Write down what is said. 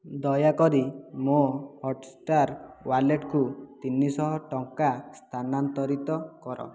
ଦୟାକରି ମୋ ହଟ୍ଷ୍ଟାର୍ ୱାଲେଟ୍କୁ ତିନିଶହ ଟଙ୍କା ସ୍ଥାନାନ୍ତରିତ କର